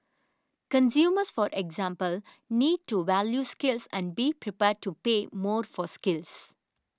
consumers for example need to value skills and be prepared to pay more for skills